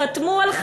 תני לנו שם אחד,